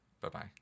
Bye-bye